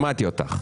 שמעתי אותך.